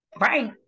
right